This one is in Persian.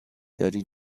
داری